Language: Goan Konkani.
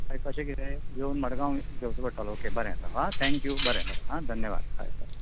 मागीर कशें कितें येवन मडगांव घेवचो पडटलो ओके बरें आसा हां थँक्यू बरें बरें आं धन्यवाद हय बरें